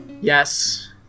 Yes